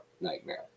Nightmare